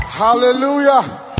hallelujah